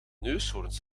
neushoorns